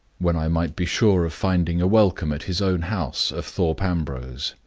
when i might be sure of finding a welcome at his own house of thorpe ambrose.